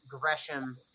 Gresham